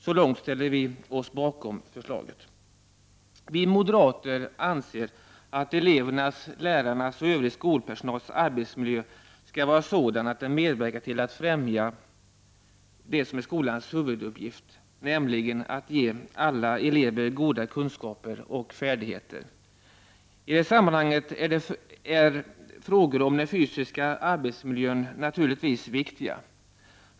Så långt ställer vi oss bakom förslaget. Vi moderater anser att elevernas, lärarnas och övrig skolpersonals arbetsmiljö skall vara sådan att den medverkar till att främja det som är skolans huvuduppgift, nämligen att ge alla elever goda kunskaper och färdigheter. I det sammanhanget är frågor om den fysiska arbetsmiljön naturligtvis viktiga.